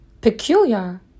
Peculiar